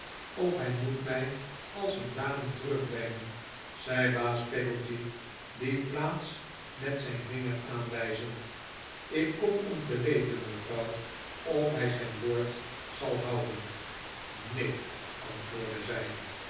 of hij moet mij als een dame terugbrengen zei baas peggotty die plaats met zijn vinger aanwijzend ik kom om te weten mevrouw of hij zijn woord zal houden neen antwoordde zij